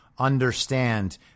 understand